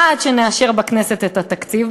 עד שנאשר בכנסת את התקציב,